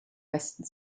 westen